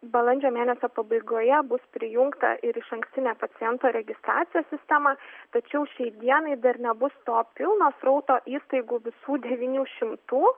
balandžio mėnesio pabaigoje bus prijungta ir išankstinė pacientų registracijos sistema tačiau šiai dienai dar nebus to pilno srauto įstaigų visų devynių šimtų